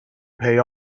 pay